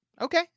Okay